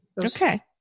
Okay